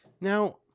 Now